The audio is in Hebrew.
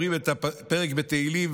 אומרים פרק בתהילים,